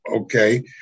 Okay